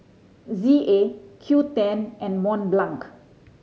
Z A Qoo ten and Mont Blanc